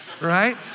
right